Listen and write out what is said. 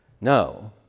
no